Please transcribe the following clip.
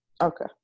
Okay